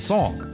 Song